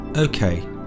Okay